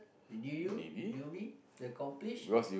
they knew you knew me they accomplish